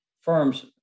firms